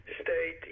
state